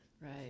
Right